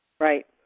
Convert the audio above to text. Right